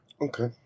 Okay